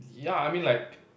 ya I mean like